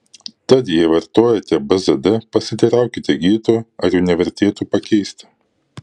tad jei vartojate bzd pasiteiraukite gydytojo ar jų nevertėtų pakeisti